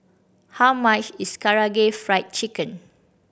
how much is Karaage Fried Chicken